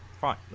fine